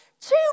Two